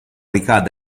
ricade